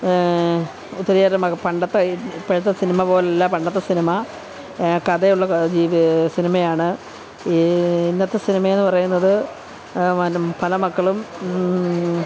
ഒത്തിരിയേറെ പണ്ടത്തെ ഇപ്പോഴത്തെ സിനിമ പോലെ അല്ല പണ്ടത്തെ സിനിമ കഥയുള്ള സിനിമയാണ് ഇന്നത്തെ സിനിമയെന്ന് പറയുന്നത് പല മക്കളും